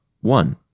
One